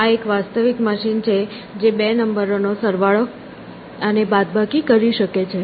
આ એક વાસ્તવિક મશીન છે જે 2 નંબરોનો સરવાળો અને બાદબાકી કરી શકે છે